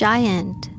Giant